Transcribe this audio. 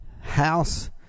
House